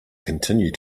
continue